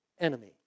enemy